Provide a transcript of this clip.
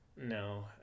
No